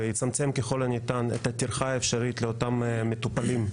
ויצמצם ככל הניתן את הטרחה האפשרית לאותם מטופלים,